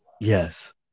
Yes